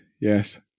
yes